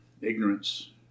ignorance